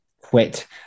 quit